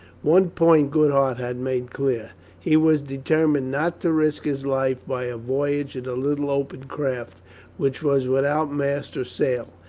one point goodhart had made clear he was deter mined not to risk his life by a voyage in a little open craft which was without mast or sail,